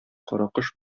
каракош